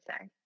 say